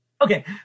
Okay